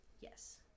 yes